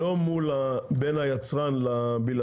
את מדברת לא על בין היצרן לבלעדי,